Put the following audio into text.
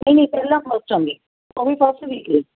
ਨਹੀਂ ਨਹੀਂ ਪਹਿਲਾਂ ਫਸਟ ਟਰਮ ਦੇ ਓਨਲੀ ਫਸਟ ਵੀਕ ਲਈ